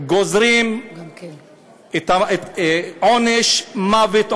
גוזרים עונש מוות,